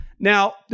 Now